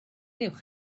uwch